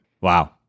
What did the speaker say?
Wow